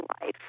life